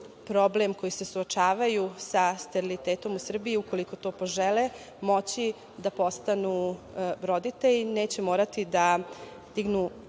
problem, koji se suočavaju sa sterilitetom u Srbiji, ukoliko to požele, moći da postanu roditelji, neće morati da dignu